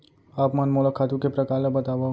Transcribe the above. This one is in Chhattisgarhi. आप मन मोला खातू के प्रकार ल बतावव?